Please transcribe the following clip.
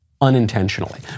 unintentionally